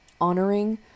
honoring